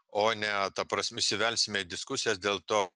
o ne ta prasm įsivelsime į diskusijas dėl to